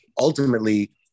ultimately